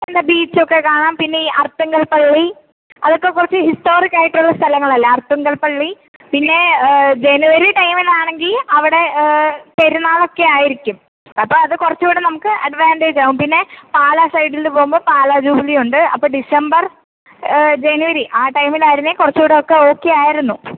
എന്താ ബീച്ച് ഒക്കെ കാണാം പിന്നെ ഈ അർത്തുങ്കൽ പള്ളി അതൊക്കെ കുറച്ച് ഹിസ്റ്റോറിൽക്ക് ആയിട്ടുള്ള സ്ഥലങ്ങളല്ലേ അർത്തുങ്കൽ പള്ളി പിന്നെ ജനുവരി ടൈമിന് ആണെങ്കിൽ അവിടെ പെരുന്നാളൊക്കെ ആയിരിക്കും അപ്പോൾ അത് കുറച്ച് കൂടി നമുക്ക് അഡ്വാൻ്റേജ് ആവും പിന്നെ പാലാ സൈഡിൽ പോവുമ്പോൾ പാലാ ജൂബിലി ഉണ്ട് അപ്പോൾ ഡിസംബർ ജനുവരി ആ ടൈമിലായിരുന്നെങ്കിൽ കുറച്ചുകൂടി ഒക്കെ ഓക്കെ ആയിരുന്നു